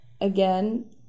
again